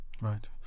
Right